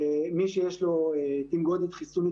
מי שיש לו הגנה חיסונית,